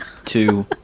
two